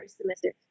semester